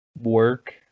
work